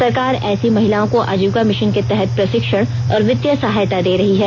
सरकार ऐसी महिलाओं को आजीविका मिशन के तहत प्रशिक्षण और वित्तीय सहायता दे रही है